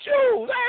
Choose